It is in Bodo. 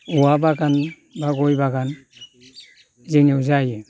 औवा बागान एबा गय बागान जोंनियाव जायो